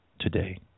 today